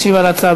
ישיב על ההצעה,